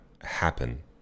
happen